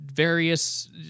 Various